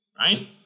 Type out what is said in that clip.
Right